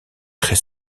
très